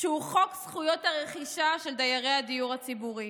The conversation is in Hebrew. שהוא חוק זכויות הרכישה של דיירי הדיור הציבורי,